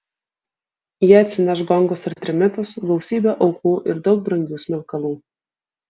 jie atsineš gongus ir trimitus gausybę aukų ir daug brangių smilkalų